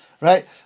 Right